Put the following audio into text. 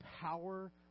power